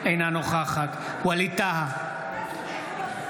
אינה נוכחת ווליד טאהא,